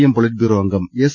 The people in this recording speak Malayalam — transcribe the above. എം പൊളിറ്റ്ബ്യൂറോ അംഗം എസ്